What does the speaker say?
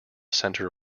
centre